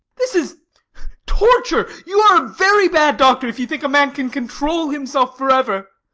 this is torture! you are a very bad doctor if you think a man can control himself forever.